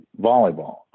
volleyball